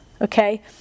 Okay